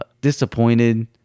disappointed